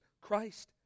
Christ